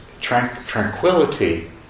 tranquility